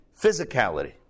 physicality